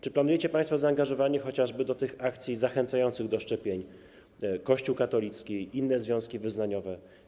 Czy planujecie państwo zaangażowanie chociażby do akcji zachęcających do szczepień Kościół katolicki, inne związki wyznaniowe?